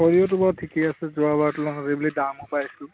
সৰিয়হটো বাৰু ঠিকে আছে যোৱবাৰৰ তুলনাত এইবেলি দামো পাইছিলোঁ